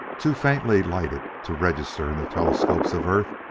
too faintly lighted to register in the telescopes of earth,